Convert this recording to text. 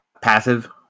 Passive